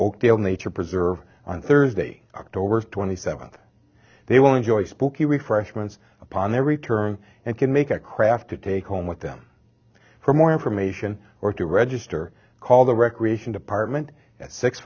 oakdale nature preserve on thursday october twenty seventh they will enjoy spokeo refresh once upon their return and can make a craft to take home with them for more information or to register call the recreation department at six